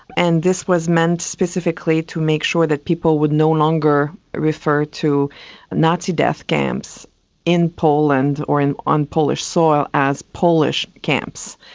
and this was meant specifically to make sure that people would no longer refer to nazi death camps in poland or on polish soil as polish camps.